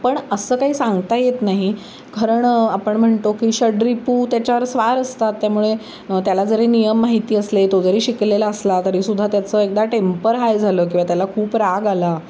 पण असं काही सांगता येत नाही कारण आपण म्हणतो की शडरिपू त्याच्यावर स्वार असतात त्यामुळे त्याला जरी नियम माहिती असले तो जरी शिकलेला असला तरीसुद्धा त्याचं एकदा टेम्पर हाय झालं किंवा त्याला खूप राग आला